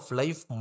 life